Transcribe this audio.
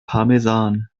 parmesan